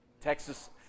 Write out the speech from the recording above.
Texas